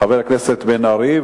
חבר הכנסת בן-ארי,